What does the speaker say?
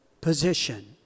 position